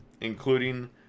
including